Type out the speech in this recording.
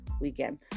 Weekend